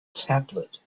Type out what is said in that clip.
tablet